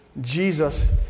Jesus